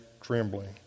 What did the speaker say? trembling